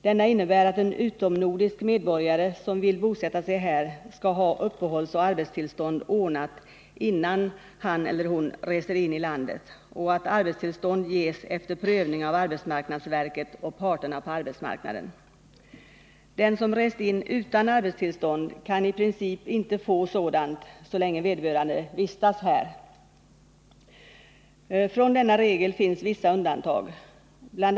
Denna innebär att en utomnordisk medborgare som vill bosätta sig här skall ha uppehållsoch arbetstillstånd ordnat innan han eller hon reser in i landet och att arbetstillstånd ges efter prövning av arbetsmarknadsverket och parterna på arbetsmarknaden. Den som rest in utan arbetstillstånd kan i princip inte få sådant så länge vederbörande vistas här. Från denna regel finns vissa undantag. Bl.